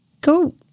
go